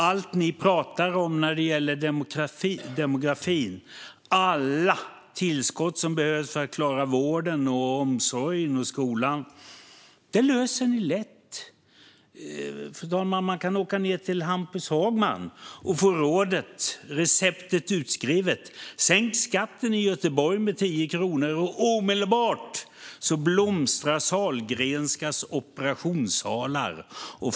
Allt ni talar om när det gäller demografin och alla tillskott som behövs för att klara vården, omsorgen och skolan - det löser ni lätt! Fru talman! Man kan åka ned till Hampus Hagman och få receptet utskrivet. Sänk skatten i Göteborg med 10 kronor, och omedelbart blomstrar Sahlgrenskas operationssalar.